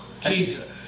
Jesus